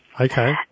Okay